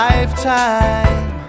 Lifetime